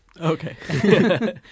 Okay